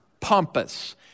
pompous